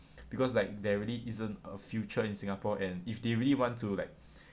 because like there really isn't a future in singapore and if they really want to like